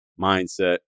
mindset